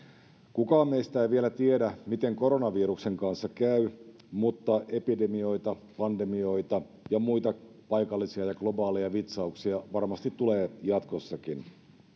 kukaan meistä ei vielä tiedä miten koronaviruksen kanssa käy mutta epidemioita pandemioita ja muita paikallisia ja globaaleja vitsauksia varmasti tulee jatkossakin